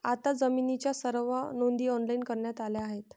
आता जमिनीच्या सर्व नोंदी ऑनलाइन करण्यात आल्या आहेत